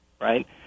right